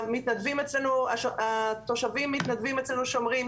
מתנדבים אצלנו, התושבים מתנדבים אצלנו, שומרים.